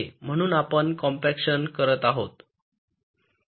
म्हणून आपण कॉम्पॅक्शन करत आहोत